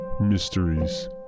mysteries